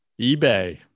eBay